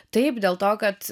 taip dėl to kad